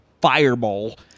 fireball